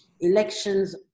elections